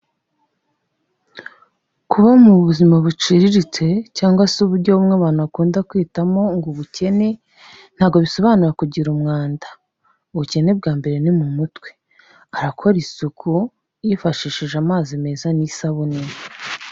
Kuba mu buzima buciriritse cyangwa se uburyo umwe abantu akunda kwitamo ngo ubukene ntabwo bisobanura kugira umwanda, ubukene bwa mbere ni mu mutwem, arakora isuku yifashishije amazi meza n'isabune.